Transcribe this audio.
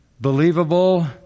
believable